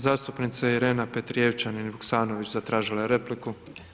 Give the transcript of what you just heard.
Hvala zastupnica Irena Petrijevčanin Vuksanović zatražila je repliku.